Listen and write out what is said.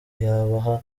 yabaha